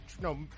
no